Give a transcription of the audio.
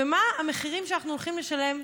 ומה המחירים שאנחנו הולכים לשלם.